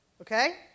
okay